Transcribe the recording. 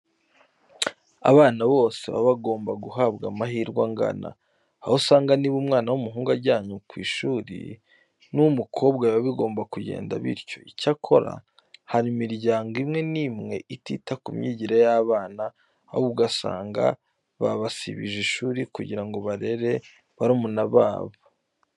Abana bose baba bagomba guhabwa amahirwe angana. Aho usanga niba umwana w'umuhungu ajyanwe ku ishuri, n'uw'umukobwa biba bigomba kugenda bityo. Icyakora, hari imiryango imwe n'imwe itita ku myigire y'abana, ahubwo ugasanga babasibije ishuri kugira ngo barere barumuna babo.